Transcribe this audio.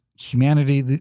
humanity